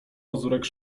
mazurek